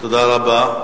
תודה רבה.